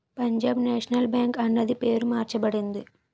Punjab National Bank అన్నది పేరు మార్చబడింది